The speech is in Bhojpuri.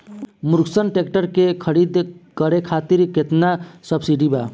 फर्गुसन ट्रैक्टर के खरीद करे खातिर केतना सब्सिडी बा?